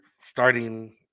starting